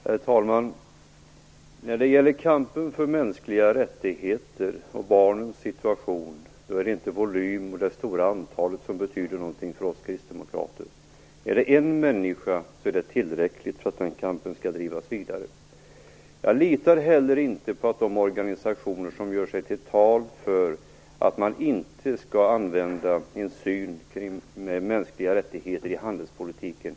Herr talman! När det gäller kampen för mänskliga rättigheter och barnens situation är det inte volym och antal som betyder någonting för oss kristdemokrater. Rör det sig om en människa är det tillräckligt för att kampen skall drivas vidare. Jag litar inte heller på de organisationer som gör sig till tals för att man inte skall använda mänskliga rättigheter i handelspolitiken.